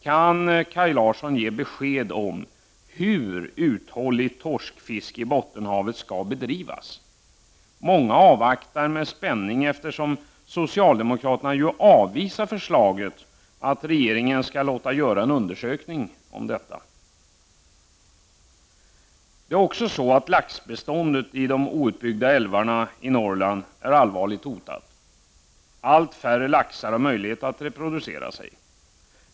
Kan Kaj Larsson ge besked om hur uthålligt torskfiske i Bottenhavet skall bedrivas? Många avvaktar detta med spänning, eftersom socialdemokraterna avvisar förslaget att regeringen skall låta göra en undersökning om detta. Laxbeståndet i de outbyggda älvarna i Norrland är också allvarligt hotat. Allt färre laxar har möjlighet att reproducera sig.